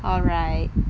alright